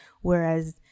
Whereas